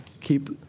Keep